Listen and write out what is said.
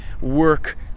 work